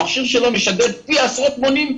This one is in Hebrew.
המכשיר שלו משדר פי עשרות מונים,